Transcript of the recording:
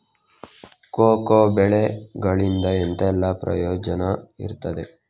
Cocoa ಬೆಳೆಗಳಿಂದ ಎಂತೆಲ್ಲ ಪ್ರಯೋಜನ ಇರ್ತದೆ?